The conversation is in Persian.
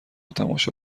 تماشا